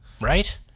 Right